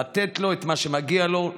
לתת לו את מה שמגיע לו,